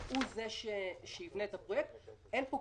אלכס